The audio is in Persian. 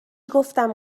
گفتم